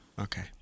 Okay